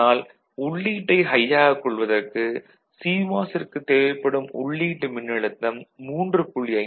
ஆனால் உள்ளீட்டை ஹை ஆகக் கொள்வதற்கு சிமாஸ் ற்கு தேவைப்படும் உள்ளீட்டு மின்னழுத்தம் 3